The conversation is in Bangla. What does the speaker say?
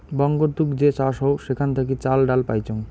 বঙ্গতুক যে চাষ হউ সেখান থাকি চাল, ডাল পাইচুঙ